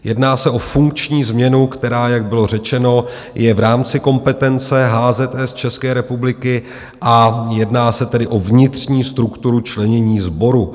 Jedná se o funkční změnu, která, jak bylo řečeno, je v rámci kompetence HZS České republiky, a jedná se tedy o vnitřní strukturu členění sboru.